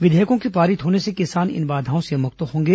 विधेयकों के पारित होने से किसान इन बाधाओं से मुक्त होंगे